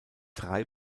drei